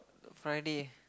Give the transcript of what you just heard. Friday